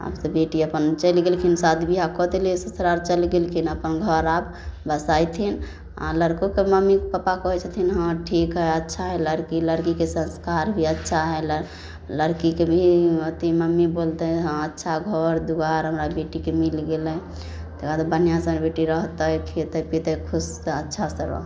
आब तऽ बेटी अपन चलि गेलखिन शादी बिआह कऽ देलै ससुरारि चलि गेलखिन अपन घर अब बसेथिन आओर लड़कोके मम्मी पापा कहै छथिन हँ ठीक हइ अच्छा हइ लड़की लड़कीके संस्कार भी अच्छा हइ लड़कीके भी मम्मी बोलतै हँ अच्छा घर दुआर हमरा बेटीके मिलि गेलै तकर बाद बढ़िआँसँ बेटी रहतै खेतै पितै खुश तऽ अच्छा से रहत